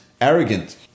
arrogant